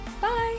Bye